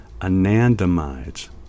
anandamides